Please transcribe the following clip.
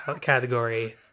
category